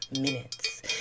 minutes